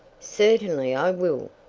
certainly i will.